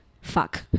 fuck